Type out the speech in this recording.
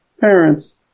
parents